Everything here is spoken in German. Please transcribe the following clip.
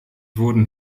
wurden